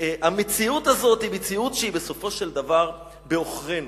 המציאות הזאת היא מציאות שהיא בסופו של דבר בעוכרינו.